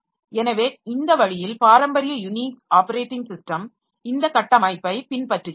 எனவே இந்த வழியில் பாரம்பரிய யூனிக்ஸ் ஆப்பரேட்டிங் ஸிஸ்டம் இந்த கட்டமைப்பைப் பின்பற்றுகின்றது